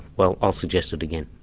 well i'll suggest it again.